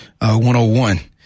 101